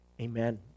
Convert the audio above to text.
Amen